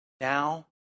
Now